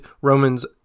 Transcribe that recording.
Romans